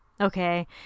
Okay